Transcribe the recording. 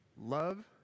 Love